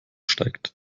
steigt